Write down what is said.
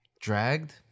dragged